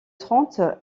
trente